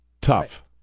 Tough